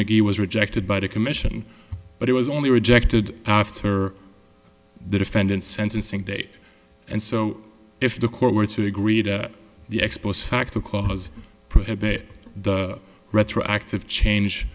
mcgee was rejected by the commission but it was only rejected after the defendant sentencing date and so if the court were to agree to the ex post facto clause prohibit the retroactive change